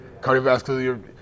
cardiovascular